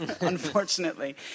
unfortunately